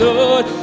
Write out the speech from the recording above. Lord